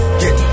get